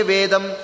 Vedam